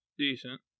Decent